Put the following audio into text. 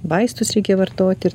vaistus reikia vartoti ir